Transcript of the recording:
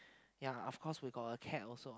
ya of course we got a cat also